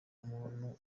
umuntu